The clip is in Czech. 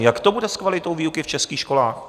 Jak to bude s kvalitou výuky v českých školách?